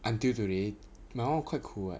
until today my [one] quite 苦 [what]